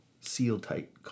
seal-tight